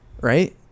right